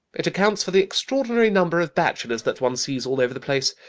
it accounts for the extraordinary number of bachelors that one sees all over the place.